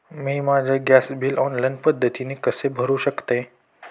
मी माझे gas bill online पद्धतीने कसे भरु शकते?